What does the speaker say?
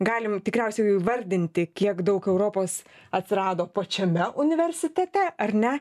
galime tikriausiai įvardinti kiek daug europos atsirado pačiame universitete ar ne